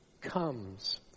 comes